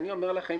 אני אומר לכם,